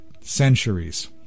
centuries